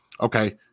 Okay